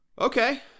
Okay